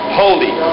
holy